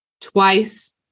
twice